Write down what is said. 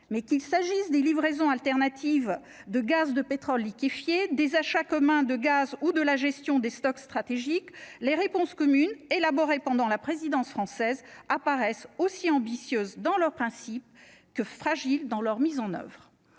mais qu'il s'agisse des livraisons alternatives de gaz de pétrole liquéfié des achats communs de gaz ou de la gestion des stocks stratégiques les réponses communes élaboré pendant la présidence française, apparaissent aussi ambitieuse dans leur principe que fragile dans leur mise en oeuvre,